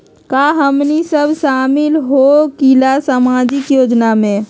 का हमनी साब शामिल होसकीला सामाजिक योजना मे?